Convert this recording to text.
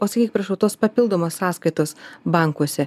o sakyk prašau tos papildomos sąskaitos bankuose